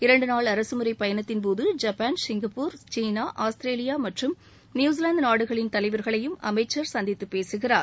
இரண்டுநாள் அரகமுறை பயணத்தின்போது ஜப்பான் சிங்கப்பூர் சீனா ஆஸ்திரேலியா மற்றும் நியுசிலாந்து நாடுகளின் தலைவர்களையும் அமைச்சர் சந்தித்து பேசுகிறார்